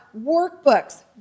workbooks